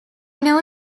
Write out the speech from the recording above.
knew